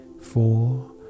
four